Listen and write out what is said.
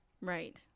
Right